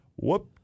Whoop